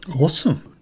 Awesome